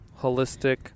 holistic